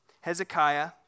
Hezekiah